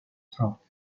trot